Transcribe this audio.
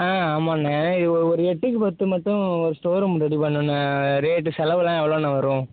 ஆ ஆமாண்ண இது ஒரு எட்டுக்கு பத்து மட்டும் ஒரு ஸ்டோர் ரூம் ரெடி பண்ணுண்ண ரேட் செலவுகளாம் எவ்வளோண்ண வரும்